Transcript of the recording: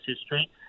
history